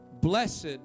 Blessed